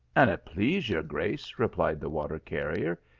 an it please your grace, replied the water carrier,